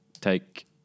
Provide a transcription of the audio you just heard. take